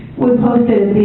was posted